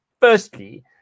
Firstly